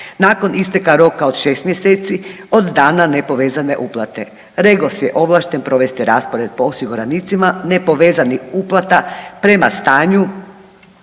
nakon isteka roka od 6 mjeseci od dana nepovezane uplate. REGOS je ovlašten provesti raspored po osiguranicima nepovezanih uplata prema stanju